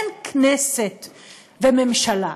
אין כנסת וממשלה,